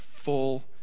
full